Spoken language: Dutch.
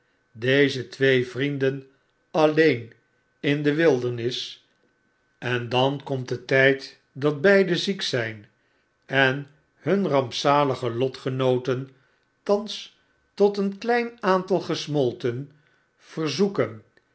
deze twee vrienden alleen indewildernis en dan komt de tjjd dat beiden ziek zijn en hun rampzalige lotgenooten thans tot een klein getal gesmolten verzoeken